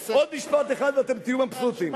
עוד משפט אחד ואתם תהיו מבסוטים.